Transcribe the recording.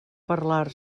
parlar